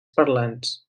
parlants